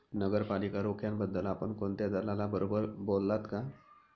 नगरपालिका रोख्यांबद्दल आपण कोणत्या दलालाबरोबर बोललात का?